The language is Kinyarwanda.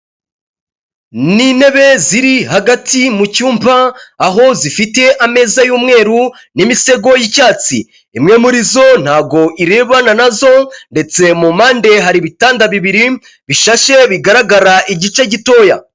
Ni intebe ziri hagati mu cyumba, aho zifite ameza y'umweru, n'imisego y'icyatsi, imwe muri zo ntago irebana nazo, ndetse mu mpande hari ibitanda bibiri bishashe bigaragara igice gitoya.